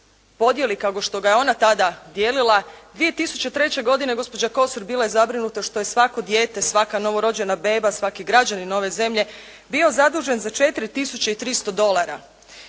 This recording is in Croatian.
podijeli kao što ga je ona tada dijelila, 2003. godine gospođa Kosor bila je zabrinuta što je svako dijete, svaka novorođena beba, svaki građanin ove zemlje bio zadužen za 4 tisuće